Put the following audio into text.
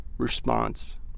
Response